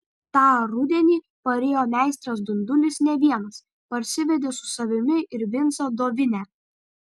tą rudenį parėjo meistras dundulis ne vienas parsivedė su savimi ir vincą dovinę